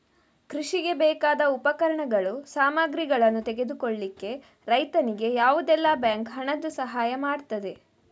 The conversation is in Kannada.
ಕೃಷಿಗೆ ಬೇಕಾದ ಉಪಕರಣಗಳು, ಸಾಮಗ್ರಿಗಳನ್ನು ತೆಗೆದುಕೊಳ್ಳಿಕ್ಕೆ ರೈತನಿಗೆ ಯಾವುದೆಲ್ಲ ಬ್ಯಾಂಕ್ ಹಣದ್ದು ಸಹಾಯ ಮಾಡ್ತದೆ?